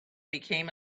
became